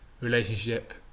relationship